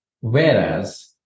whereas